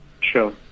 sure